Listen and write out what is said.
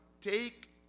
take